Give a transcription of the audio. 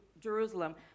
Jerusalem